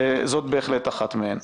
זאת בהחלט אחת מהן.